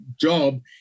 job